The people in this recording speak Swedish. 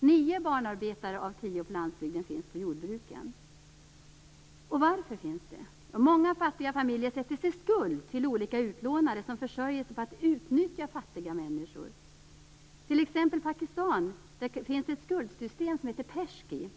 Nio barnarbetare av tio på landsbygden finns på jordbruken." Varför finns då detta? Jo: "Många fattiga familjer sätter sig i skuld till olika utlånare, som försörjer sig på att utnyttja fattiga familjer. I tex Pakistan kallas detta skuldsystem för 'Peshgi'.